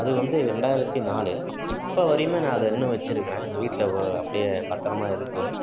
அது வந்து ரெண்டாயிரத்தி நாலு இப்போ வரையுமே நான் அதை இன்னும் வச்சிருக்கிறேன் எங்கள் வீட்டில் ஓ அப்படியே பத்தரமாக இருக்குது